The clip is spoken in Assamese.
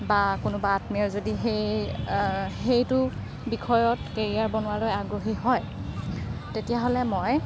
বা কোনোবা আত্মীয়ই যদি সেই সেইটো বিষয়ত কেৰিয়াৰ বনোৱাক লৈ আগ্ৰহী হয় তেতিয়াহ'লে মই